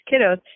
kiddos